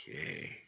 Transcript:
Okay